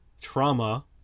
trauma